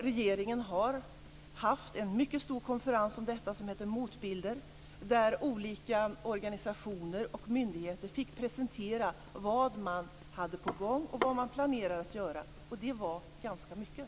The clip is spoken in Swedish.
Regeringen har haft en mycket stor konferens om detta som hette Motbilden, där olika organisationer och myndigheter fick presentera vad de hade på gång och vad de planerade att göra, och det var ganska mycket.